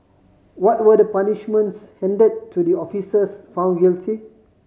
what were the punishments handed to the officers found guilty